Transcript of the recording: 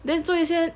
then 做一些